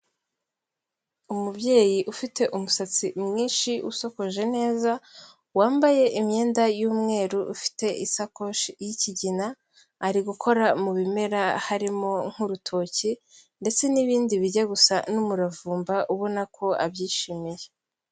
Umubyeyi ufite umusatsi mwinshi usokoje neza wambaye imyenda y'umweru ufite isakoshi y'kigina, ari gukora mu bimera harimo nk'urutoki ndetse n'ibindi bijya gusa n'umuravumba ubona ko abyishimiye.